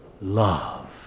love